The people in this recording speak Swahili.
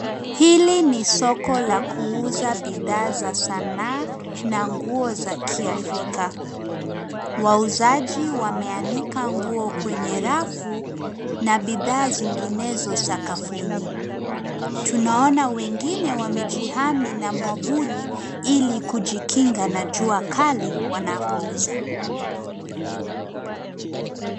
Hili ni soko la kuuza bidhaa za sanaa na nguo za kiafrika. Wauzaji wameanika nguo kwenye rafu na bidhaa zinginezo sakafuni. Tuanoana wengine wamejihami na mwavuli ili kujikinga na jua kali wanapouza.